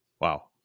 Wow